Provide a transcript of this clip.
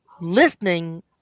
listening